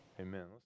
amen